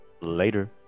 Later